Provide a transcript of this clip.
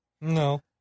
No